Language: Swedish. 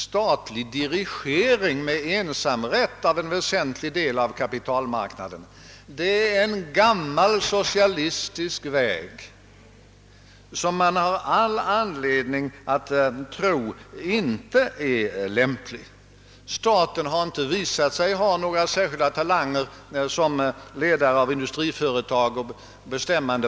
Det är emellertid klart att en smidig och mångsidig kapitalmarknad, där alla slag av sakkunskap kommer till sin rätt genom inbördes tävlan och samarbete genom konkurrens, är av stor vikt.